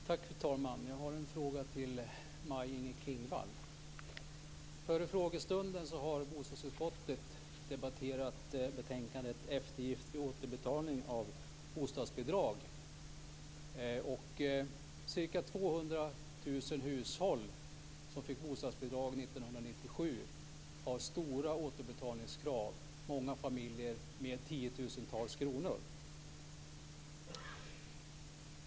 Fru talman! Jag har en fråga till Maj-Inger Klingvall. Innan frågestunden har bostadsutskottet debetterat betänkandet Eftergift vid återbetalning av bostadsbidrag, m.m. Ca 200 000 hushåll som fick bostadsbidrag år 1997 har stora återbetalningskrav, många familjer med tiotusentals kronor.